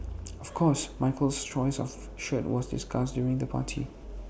of course Michael's choice of shirt was discussed during the party